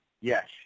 yes